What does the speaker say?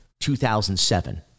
2007